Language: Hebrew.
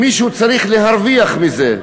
מישהו שצריך להרוויח מזה.